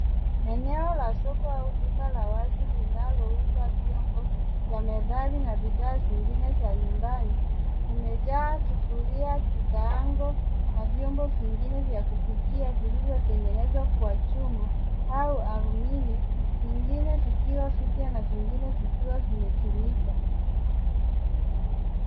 Eneo la soko au duka la wazi linalouza vyombo na medali na bidhaa Zingine za nyumbani. Kumejaa sufuria, kikaango na vyombo vingine vya kupikia vilivyoyengenezwa kwa chuma au alumini vingine vikiwa vipya na vingine vikiwa vimetumika.